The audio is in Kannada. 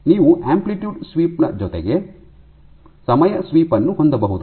ನೀವು ಆಂಪ್ಲಿಟ್ಯೂಡ್ ಸ್ವೀಪ್ ನ ಜೊತೆಗೆ ಸಮಯ ಸ್ವೀಪ್ ಯನ್ನು ಹೊಂದಬಹುದು